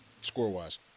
score-wise